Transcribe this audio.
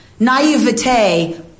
Naivete